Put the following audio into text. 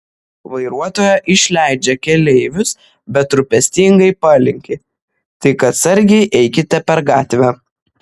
vairuotoja išleidžia keleivius bet rūpestingai palinki tik atsargiai eikite per gatvę